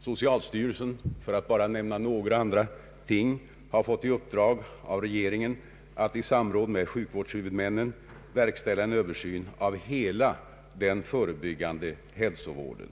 Socialstyrelsen har, för att bara nämna några andra ting, fått i uppdrag av regeringen att i samråd med sjukvårdshuvudmännen verkställa en översyn av hela den förebyggande hälsovården.